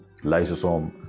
lysosome